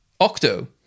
Octo